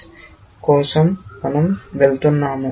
ఈ భాగం కలిసి విభిన్న నమూనా సెట్ లేదా నియమం అవసరం అవసరాన్ని సేకరించడం